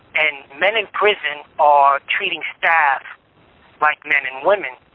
and men in prison are treating staff like men and women.